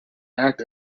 act